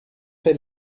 fait